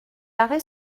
larrey